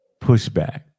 pushback